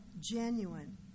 Genuine